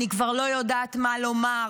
אני כבר לא יודעת מה לומר.